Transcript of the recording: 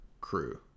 crew